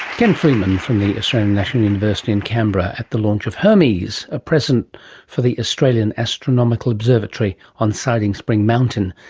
ken freeman from the australian national university in canberra at the launch of hermes, a present for the australian astronomical observatory on siding spring mountain,